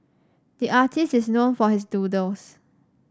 the artist is known for his doodles